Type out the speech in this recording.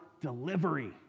delivery